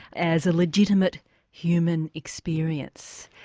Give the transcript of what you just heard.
as a legitimate human experience.